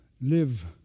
live